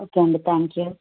okay అండి thank you